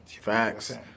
Facts